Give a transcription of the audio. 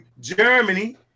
Germany